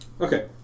Okay